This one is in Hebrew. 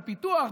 בפיתוח,